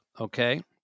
okay